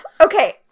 Okay